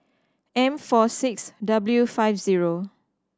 M four six W five zero